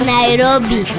Nairobi